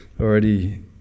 already